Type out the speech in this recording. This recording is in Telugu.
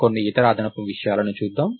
కొన్ని ఇతర అదనపు విషయాలను చూద్దాం